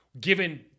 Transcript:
given